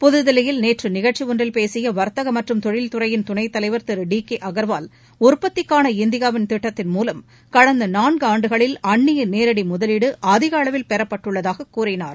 புதுதில்லியில் நேற்று நிகழ்ச்சி ஒன்றில் பேசிய வர்த்தக மற்றும் தொழில்துறையின் துணைத்தலைவர் திருடி கே அகர்வால் உற்பத்திக்காள இந்தியாவின் திட்டத்தின் மூலம் கடந்த நான்கு ஆண்டுகளில் அந்நிய நேரடி முதலீடு அதிக அளவில் பெறப்பட்டுள்ளதாக கூறினார்